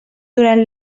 durant